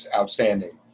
outstanding